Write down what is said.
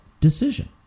decision